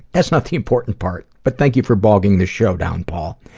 that's not the important part, but thank you for bogging the show down, paul.